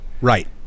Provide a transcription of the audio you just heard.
right